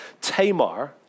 Tamar